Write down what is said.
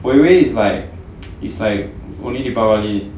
我以为 is like is like only deepavali